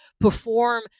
perform